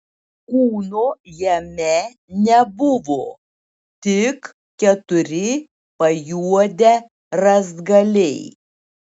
kūno jame nebuvo tik keturi pajuodę rąstgaliai